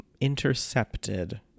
intercepted